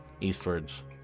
eastwards